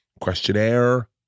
questionnaire